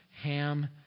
Ham